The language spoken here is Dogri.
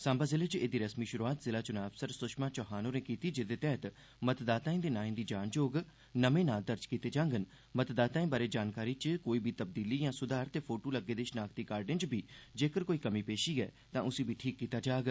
साम्बा जिले च एदी रस्मी शुरुआत जिला चुना अफसर सुषमा चौहान होरें कीती जेदे तैहत मतदाताएं दे नांए दी जांच होग नर्मे नां दर्ज कीते जागंन मतदाताएं बारै जानकारी च कोई बी तबदीली या स्धार ते फोटू लग्गे दे शनाखती कार्डे च बी जेकर कोई कमी पेशी ऐ ते उसी ठीक कीता जाग